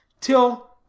till